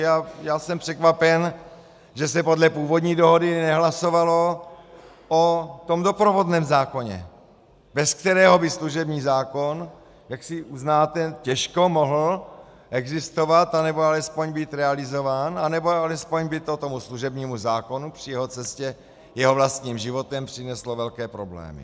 A já jsem překvapen, že se podle původní dohody nehlasovalo o doprovodném zákoně, bez kterého by služební zákon jaksi, uznáte, těžko mohl existovat, nebo alespoň být realizován, anebo alespoň by to tomu služebnímu zákonu při jeho cestě jeho vlastním životem přineslo velké problémy.